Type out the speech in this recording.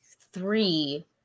three